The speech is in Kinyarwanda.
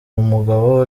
umugabo